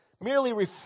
merely